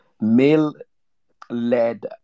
male-led